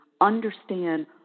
understand